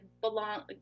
belong